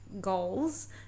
goals